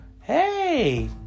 Hey